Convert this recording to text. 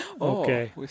Okay